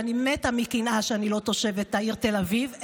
ואני מתה מקנאה שאני לא תושבת העיר תל אביב.